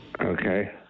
Okay